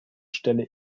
stelle